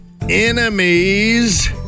enemies